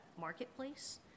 marketplace